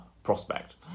prospect